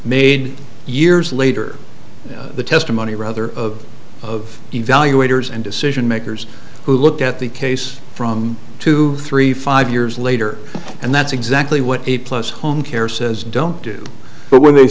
made years later the testimony rather of evaluators and decision makers who looked at the case from two three five years later and that's exactly what a plus homecare says don't do but when they